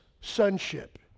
sonship